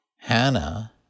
Hannah